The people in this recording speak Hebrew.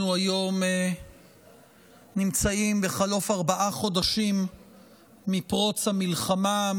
היום נמצאים בחלוף ארבעה חודשים מפרוץ המלחמה,